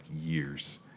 years